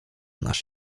nasz